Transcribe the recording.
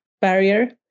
barrier